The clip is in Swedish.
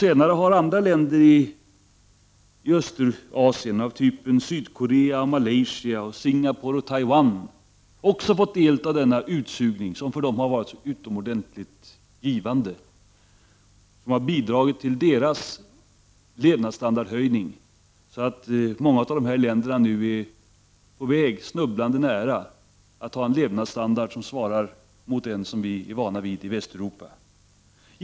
Senare har också andra länder i Östasien, såsom Sydkorea, Malaysia, Singapore och Taiwan, fått del av denna ”utsugning”, som för dem har varit så utomordentligt givande och bidragit till deras levnadsstandardhöjning så att många av de här länderna nu är snubblande nära att få en levnadsstandard som svarar mot den som vi är vana vid i Västeuropa.